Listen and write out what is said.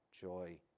joy